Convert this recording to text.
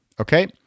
Okay